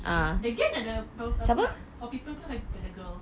the game ada berapa orang four people ke lagi girls